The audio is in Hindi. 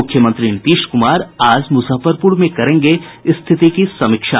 मुख्यमंत्री नीतीश कुमार आज मुजफ्फरपुर में करेंगे स्थिति की समीक्षा